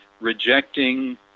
rejecting